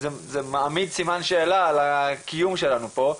זה מעמיד סימן שאלה על הקיום שלנו פה.